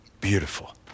Beautiful